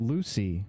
Lucy